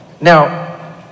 Now